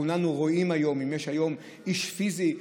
היום אנחנו רואים אם יש איש פיזי,